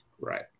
Right